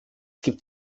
gibt